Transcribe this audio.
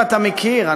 ואתה מכיר.